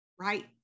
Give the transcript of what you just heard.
right